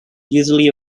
usually